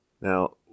Now